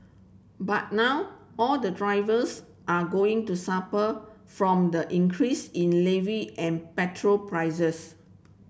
but now all the drivers are going to suffer from the increase in levy and petrol prices